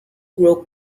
grow